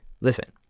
listen